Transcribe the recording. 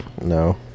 No